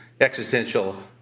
existential